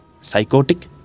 psychotic